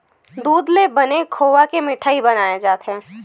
दूद ले बने खोवा के मिठई बनाए जाथे